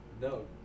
No